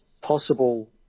possible